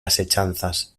asechanzas